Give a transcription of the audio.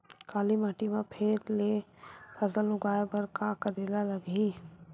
काली माटी म फेर ले फसल उगाए बर का करेला लगही?